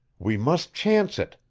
we must chance it,